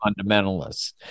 fundamentalists